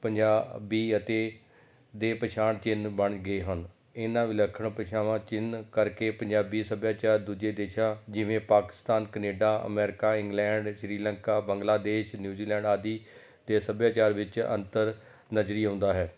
ਪੰਜਾਬੀ ਅਤੇ ਦੇ ਪਛਾਣ ਚਿੰਨ੍ਹ ਬਣ ਗਏ ਹਨ ਇਹਨਾਂ ਵਿਲੱਖਣ ਭਾਸ਼ਾਵਾਂ ਚਿੰਨ੍ਹ ਕਰਕੇ ਪੰਜਾਬੀ ਸੱਭਿਆਚਾਰ ਦੂਜੇ ਦੇਸ਼ਾਂ ਜਿਵੇਂ Pakistan Canada America England Sri Lanka Bangladesh New Zealand ਆਦਿ 'ਤੇ ਸੱਭਿਆਚਾਰ ਵਿੱਚ ਅੰਤਰ ਨਜ਼ਰੀ ਆਉਂਦਾ ਹੈ